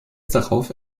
darauf